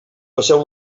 passeu